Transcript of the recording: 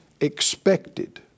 expected